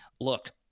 look